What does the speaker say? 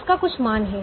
उसका कुछ मान है